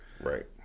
Right